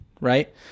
right